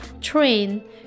train